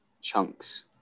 chunks